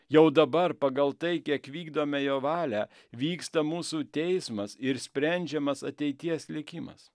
jau dabar pagal tai kiek vykdome jo valią vyksta mūsų teismas ir sprendžiamas ateities likimas